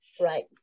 right